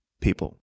people